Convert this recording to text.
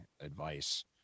advice